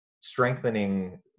strengthening